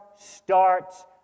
starts